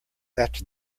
after